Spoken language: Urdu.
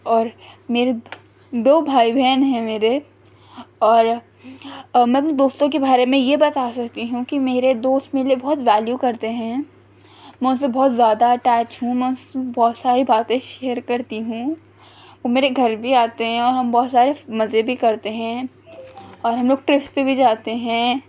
اور میرے دو بھائی بہن ہیں میرے اور اور میں اپنے دوستوں کے بارے میں یہ بتا سکتی ہوں کہ میرے دوست میرے لیے بہت ویلیو کرتے ہیں میں ان سے بہت زیادہ اٹیچ ہوں میں ان سے بہت ساری باتیں شیئر کرتی ہوں وہ میرے گھر بھی آتے ہیں اور ہم بہت سارے مزے بھی کرتے ہیں اور ہم لوگ ٹریس پہ بھی جاتے ہیں